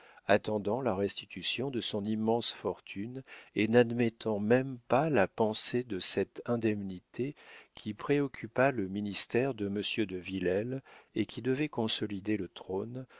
attendant la restitution de son immense fortune et n'admettant même pas la pensée de cette indemnité qui préoccupa le ministère de m de villèle et qui devait consolider le trône